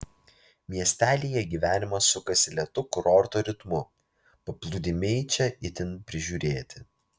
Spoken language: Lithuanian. miestelyje gyvenimas sukasi lėtu kurorto ritmu paplūdimiai čia itin prižiūrėti